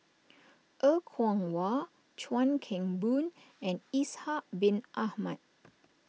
Er Kwong Wah Chuan Keng Boon and Ishak Bin Ahmad